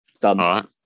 done